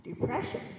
Depression